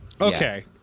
Okay